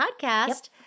podcast